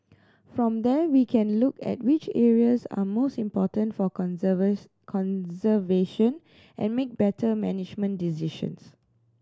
from there we can look at which areas are most important for conservation and make better management decisions